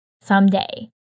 someday